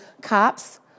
cops